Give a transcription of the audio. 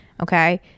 Okay